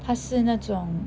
他是那种